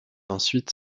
ensuite